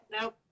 No